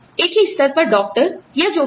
एक ही स्तर पर डॉक्टर या जो भी हो